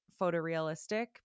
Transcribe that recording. photorealistic